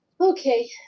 Okay